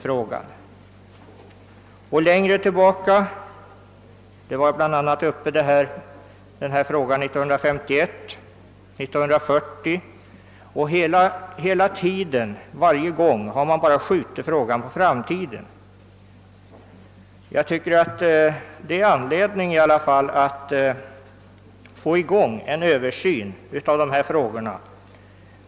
Frågan var också uppe 1951 och 1940. Men den har som sagt varje gång skjutits på framtiden. Jag tycker att det finns anledning att påbörja en översyn av dessa problem.